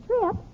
trip